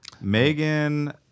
Megan